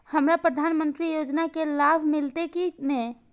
हमरा प्रधानमंत्री योजना के लाभ मिलते की ने?